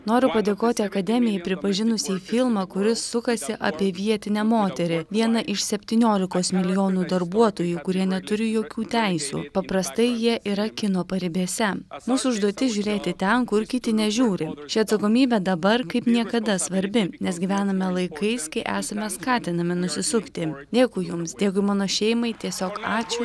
noriu padėkoti akademijai pripažinusiai filmą kuris sukasi apie vietinę moterį vieną iš septyniolikos milijonų darbuotojų kurie neturi jokių teisių paprastai jie yra kino paribėse mūsų užduotis žiūrėti ten kur kiti nežiūri ši atsakomybė dabar kaip niekada svarbi nes gyvename laikais kai esame skatinami nusisukti dėkui jums dėkui mano šeimai tiesiog ačiū